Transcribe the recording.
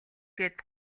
гээд